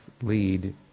lead